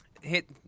Hit